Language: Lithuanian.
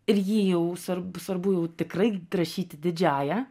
ir jį jau svar svarbu jau tikrai rašyti didžiąja